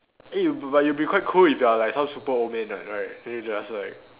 eh you but you'll be quite cool if you are like some super old man right right then you just like